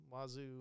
wazoo